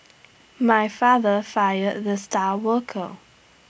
my father fired the star worker